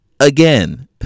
Again